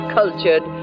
cultured